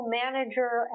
manager